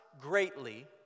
greatly